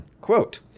quote